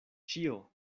ĉio